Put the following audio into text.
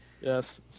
Yes